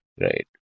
right